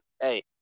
hey